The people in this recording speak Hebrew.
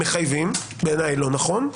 מחייבים - בעיניי לא נכון,